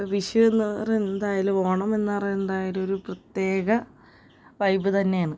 വിഷു എന്ന് പറയുന്നതായാലും ഓണമെന്ന് പറയുന്നതായാലും ഒരു പ്രത്യേക വൈബ് തന്നെയാണ്